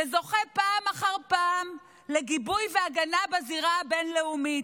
שזוכה פעם אחר פעם לגיבוי והגנה בזירה הבין-לאומית.